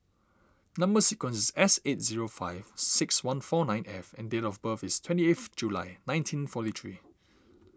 Number Sequence is S eight zero five six one four nine F and date of birth is twenty eighth July nineteen forty three